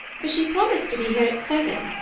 for she promised to be here at seven,